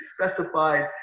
specified